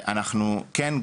אנחנו כן,